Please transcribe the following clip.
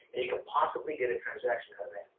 and you can possibly get a transaction out of that.